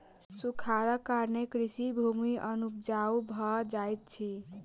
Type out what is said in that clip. सूखाड़क कारणेँ कृषि भूमि अनुपजाऊ भ जाइत अछि